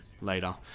later